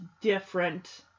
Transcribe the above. different